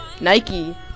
Nike